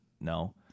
No